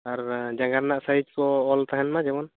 ᱟᱨ ᱡᱟᱜᱟ ᱨᱮᱱᱟᱜ ᱥᱟᱹᱭᱤᱡ ᱠᱚ ᱚᱞ ᱛᱟᱸᱦᱮᱱ ᱢᱟ ᱡᱮᱢᱚᱱ